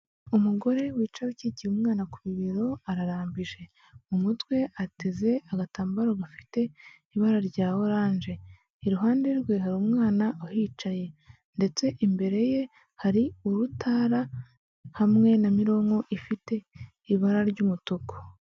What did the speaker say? Umugore wicaye ukikiye umwana ku bibero ararambije. Mu mutwe ateze agatambaro gafite ibara rya oranje, iruhande rwe hari umwana uhicaye ndetse imbere ye hari urutara hamwe na mironko ifite ibara ry’ umutuku.